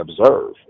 observe